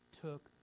took